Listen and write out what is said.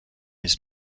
his